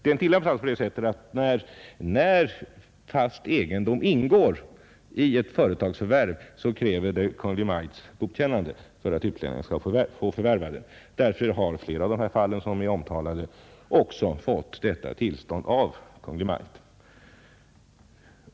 Den tillämpas så, att när fast egendom ingår i ett företags förvärv krävs Kungl. Maj:ts godkännande för att utlänning skall få förvärva företaget. Därför har sådant tillstånd också lämnats av Kungl. Maj:t i flera av de fall som här har påtalats.